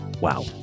Wow